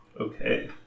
Okay